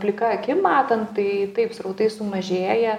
plika akim matant tai taip srautai sumažėję